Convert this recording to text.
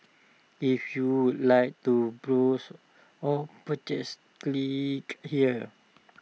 if you would like to browse or purchase click here